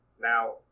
Now